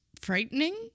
frightening